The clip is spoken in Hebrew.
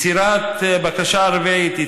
בקשה רביעית,